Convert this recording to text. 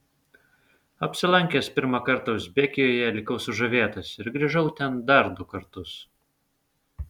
apsilankęs pirmą kartą uzbekijoje likau sužavėtas ir grįžau ten dar du kartus